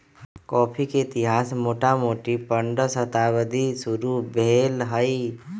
coffee के इतिहास मोटामोटी पंडह शताब्दी से शुरू भेल हइ